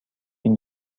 این